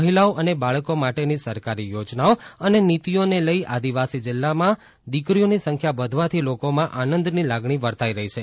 મહિલાઓ અને બાળકો માટેની સરકારી યોજનાઓ અને નીતિઓને લઈ આદિવાસી જિલ્લામાં દીકરીઓની સંખ્યા વધવાથી લોકોમાં આનંદની લાગણી વર્તાઈ રહી છે